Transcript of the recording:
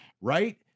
right